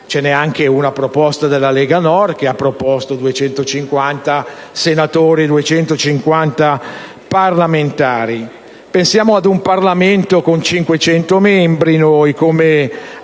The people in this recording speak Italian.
n'è anche una della Lega Nord, che ha proposto 250 senatori e 250 deputati. Pensiamo ad un Parlamento con 500 membri, come